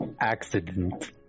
accident